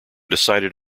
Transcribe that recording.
decided